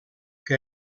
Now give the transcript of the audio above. que